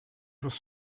was